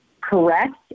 correct